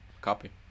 Copy